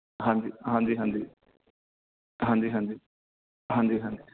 ਹਾਂਜੀ ਹਾਂਜੀ ਹਾਂਜੀ ਹਾਂਜੀ ਹਾਂਜੀ ਹਾਂਜੀ ਹਾਂਜੀ